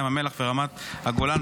ים המלח ורמת הגולן,